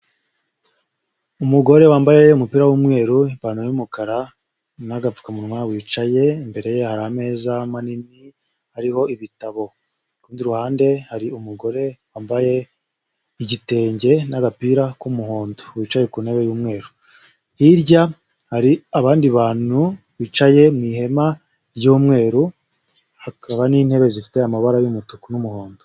Umugore wambaye umupira w'umweru ipantaro y'umukara n’agapfukamunwa wicaye imbere ye hari ameza manini ariho ibitabo ,kurundi ruhande hari umugore wambaye igitenge n'agapira k'umuhondo wicaye ku ntebe y'umweru ,hirya hari abandi bantu bicaye mu ihema ry'umweru hakaba n'intebe zifite amabara y’umutuku n'umuhondo.